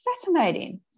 fascinating